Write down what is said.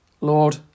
Lord